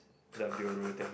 the bureau thing